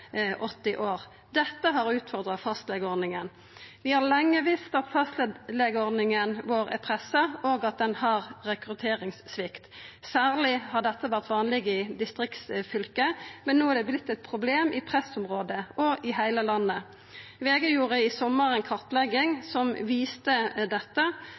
80 år. Dette har utfordra fastlegeordninga. Vi har lenge visst at fastlegeordninga vår er pressa, og at ho har rekrutteringssvikt. Særleg har dette vore vanleg i distriktsfylke, men no er det vorte eit problem i pressområde og i heile landet. VG gjorde i sommar ei kartlegging som viste dette.